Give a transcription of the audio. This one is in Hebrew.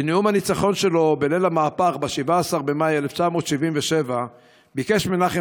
בנאום הניצחון שלו בליל המהפך ב-17 במאי 1977 ביקש מנחם